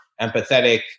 empathetic